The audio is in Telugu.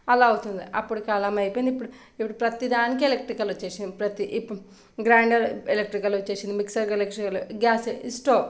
అలా అవుతుంది అప్పడికాలం అయిపోయింది ఇప్పుడు ఇప్పుడు ప్రతీ దానికి ఎలక్ట్రికల్ వచ్చేసింది ప్రతీ ఇప్పు గ్రైండర్ ఎలక్ట్రికల్ వచ్చేసింది మిక్సర్ ఎలక్ట్రికల్ గ్యాస్ స్టవ్